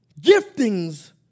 giftings